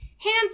Hands